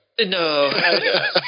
No